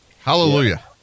Hallelujah